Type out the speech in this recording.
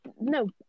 no